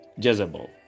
Jezebel